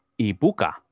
Ibuka